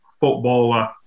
footballer